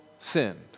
sinned